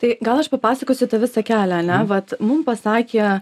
tai gal aš papasakosiu tą visą kelią ane vat mum pasakė